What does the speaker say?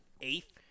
eighth